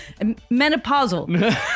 Menopausal